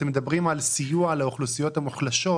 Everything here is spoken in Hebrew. אתם מדברים על סיוע לאוכלוסיות המוחלשות,